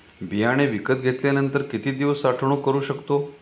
बियाणे विकत घेतल्यानंतर किती दिवस साठवणूक करू शकतो?